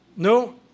No